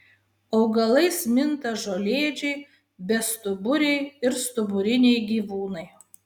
augalais minta žolėdžiai bestuburiai ir stuburiniai gyvūnai